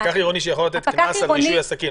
פקח עירוני שיכול להטיל קנס על רישוי עסקים,